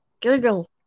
Google